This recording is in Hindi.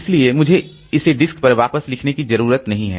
इसलिए मुझे इसे डिस्क पर वापस लिखने की ज़रूरत नहीं है